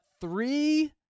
three